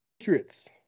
Patriots